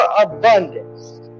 abundance